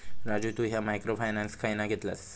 राजू तु ह्या micro finance खयना घेतलस?